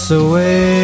away